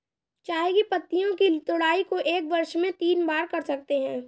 चाय की पत्तियों की तुड़ाई को एक वर्ष में तीन बार कर सकते है